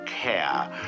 care